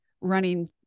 running